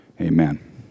amen